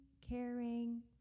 caring